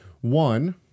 One